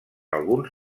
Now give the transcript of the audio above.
alguns